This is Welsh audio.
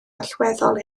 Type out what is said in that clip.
allweddol